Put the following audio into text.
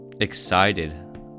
excited